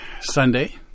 Sunday